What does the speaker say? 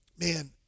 Man